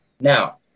now